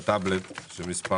שמספרה